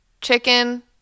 chicken